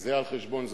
זה על חשבון זמנך,